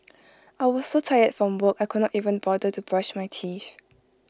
I was so tired from work I could not even bother to brush my teeth